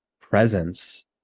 presence